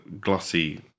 glossy